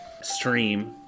stream